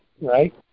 right